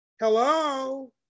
Hello